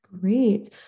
Great